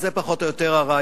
זה פחות או יותר הרעיון.